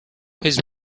his